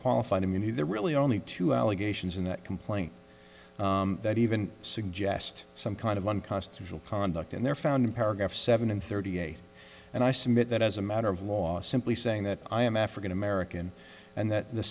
qualified immunity there are really only two allegations in that complaint that even suggest some kind of unconstitutional conduct and they're found in paragraph seven and thirty eight and i submit that as a matter of law simply saying that i am african american and that the